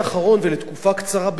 ולתקופה קצרה ביותר,